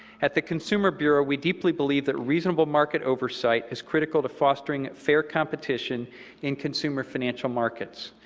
at the consumer bureau, we deeply believe that reasonable market oversight is critical to fostering fair competition in consumer financial markets.